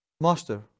Master